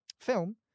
film